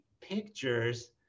pictures